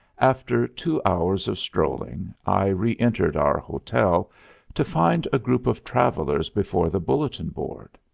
after two hours of strolling i reentered our hotel to find a group of travelers before the bulletin board.